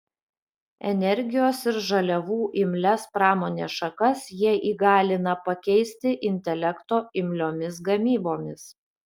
energijos ir žaliavų imlias pramonės šakas jie įgalina pakeisti intelekto imliomis gamybomis